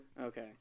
Okay